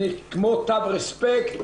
כמו תו ריספקט,